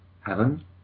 heaven